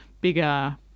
bigger